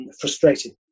frustrating